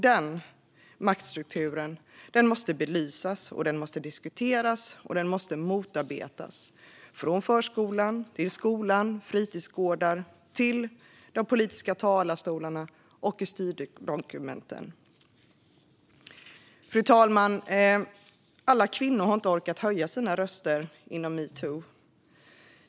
Den maktstrukturen måste belysas, diskuteras och motarbetas - från förskolan, skolan och fritidsgårdarna till de politiska talarstolarna och i styrdokumenten. Alla kvinnor har inte orkat höja sina röster inom metoo.